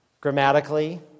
Grammatically